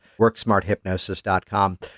worksmarthypnosis.com